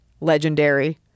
Legendary